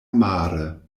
mare